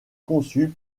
conçue